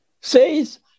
says